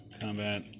combat